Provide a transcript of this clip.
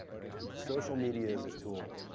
right? social media is a tool,